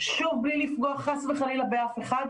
שוב בלי לפגוע, חס וחלילה, באף אחת,